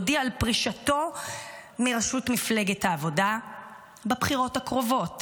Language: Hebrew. הודיע על פרישתו מראשות מפלגת העבודה בבחירות הקרובות